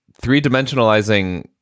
three-dimensionalizing